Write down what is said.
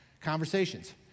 Conversations